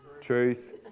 truth